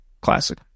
Classic